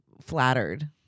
flattered